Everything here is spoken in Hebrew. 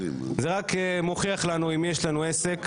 זה רק מוכיח לנו עם מי יש לנו עסק,